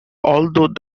although